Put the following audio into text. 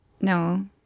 No